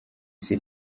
isi